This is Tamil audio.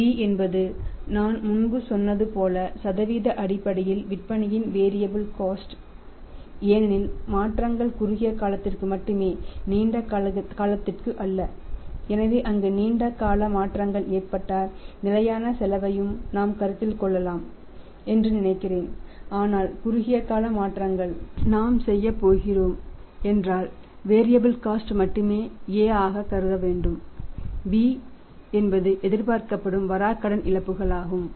v என்பது நான் முன்பு சொன்னது போல சதவீத அடிப்படையில் விற்பனையின் வேரியாபில் காஸ்ட மட்டுமே A ஆகக் கருத வேண்டும் மற்றும் B என்பது எதிர்பார்க்கப்படும் வராக்கடன் இழப்புகளாகும்